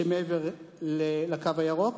שמעבר ל"קו הירוק".